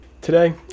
Today